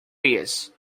areas